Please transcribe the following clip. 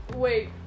Wait